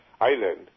island